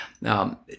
Now